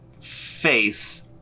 face